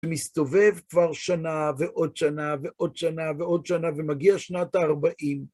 מסתובב כבר שנה ועוד שנה ועוד שנה ועוד שנה, ומגיע שנת ה-40.